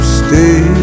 stay